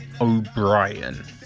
O'Brien